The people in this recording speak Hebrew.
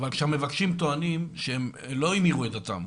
אבל כשהמבקשים טוענים שהם לא המירו את דתם,